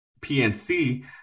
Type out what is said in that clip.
PNC